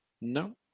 No